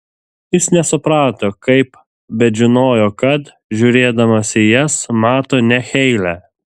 jis nesuprato kaip bet žinojo kad žiūrėdamas į jas mato ne heilę